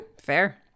Fair